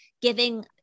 giving